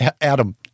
Adam